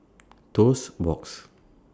Toast Box